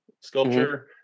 sculpture